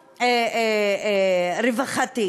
גם רווחתי.